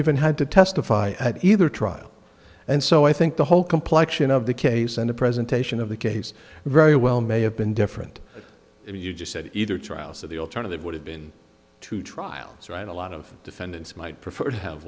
even had to testify either trial and so i think the whole complection of the case and the presentation of the case very well may have been different if you just said either trials of the alternative would have been to trial right a lot of defendants might prefer to have